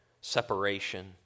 separation